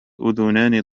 أذنان